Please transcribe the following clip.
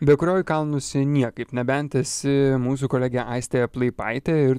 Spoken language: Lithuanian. be kurio į kalnus niekaip nebent esi mūsų kolegė aistė plaipaitė ir